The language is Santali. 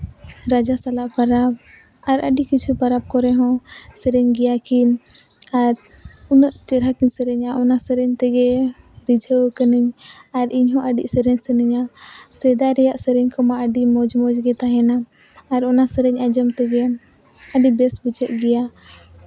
ᱨᱟᱡᱟᱥᱟᱞᱟ ᱯᱚᱨᱚᱵᱽ ᱟᱨ ᱟᱹᱰᱤ ᱠᱤᱪᱷᱩ ᱯᱚᱨᱚᱵᱽ ᱠᱚᱨᱮ ᱦᱚᱸ ᱥᱮᱨᱮᱧ ᱜᱮᱭᱟ ᱠᱤᱱ ᱟᱨ ᱩᱱᱟᱹᱜ ᱪᱮᱦᱨᱟ ᱠᱤᱱ ᱥᱮᱨᱮᱧᱟ ᱚᱱᱟ ᱥᱮᱨᱮᱧ ᱛᱮᱜᱮ ᱨᱤᱡᱷᱟᱹᱣ ᱠᱟᱹᱱᱟᱹᱧ ᱟᱨ ᱤᱧᱦᱚᱸ ᱟᱹᱰᱤ ᱥᱮᱨᱮᱧ ᱥᱟᱱᱟᱧᱟ ᱥᱮᱫᱟᱭ ᱨᱮᱭᱟᱜ ᱥᱮᱨᱮᱧ ᱠᱚᱢᱟ ᱟᱹᱰᱤ ᱢᱚᱡᱽ ᱢᱚᱡᱽ ᱜᱮ ᱛᱟᱦᱮᱱᱟ ᱟᱨ ᱚᱱᱟ ᱥᱮᱨᱮᱧ ᱟᱡᱚᱢ ᱛᱮᱜᱮ ᱟᱹᱰᱤ ᱵᱮᱥ ᱵᱩᱡᱷᱟᱹᱜ ᱜᱮᱭᱟ